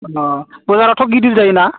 अ बाजाराथ' गिदिर जायोना